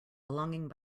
belonging